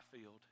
field